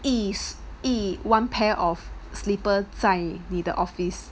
一一 one pair of slippers 在你的 office